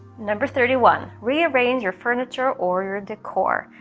number thirty one rearrange your furniture or your decor.